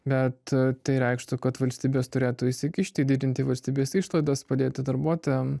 bet tai reikštų kad valstybės turėtų įsikišti didinti valstybės išlaidas padėti darbuotojam